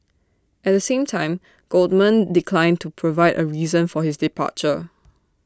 at the same time Goldman declined to provide A reason for his departure